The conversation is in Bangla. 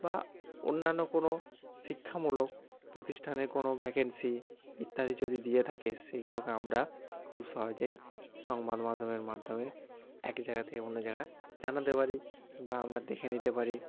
বা অন্যান্য কোনো শিক্ষামূলক প্রতিষ্ঠানে কোনো ভ্যাকেন্সি ইত্যাদি যদি দিয়ে থাকে সেগুলোকে আমরা খুব সহজেই সংবাদমাধ্যমের মাধ্যমে এক জায়গা থেকে অন্য জায়গা জানাতে পারি বা আমরা দেখে নিতে পারি